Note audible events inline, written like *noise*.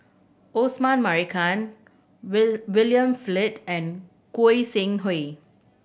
Osman Merican *unintelligible* William Flint and Goi Seng Hui